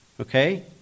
okay